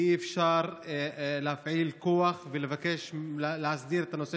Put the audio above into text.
אי-אפשר להפעיל כוח ולבקש להסדיר את הנושא